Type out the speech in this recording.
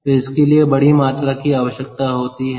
तो इसके लिए बड़ी मात्रा की आवश्यकता होती है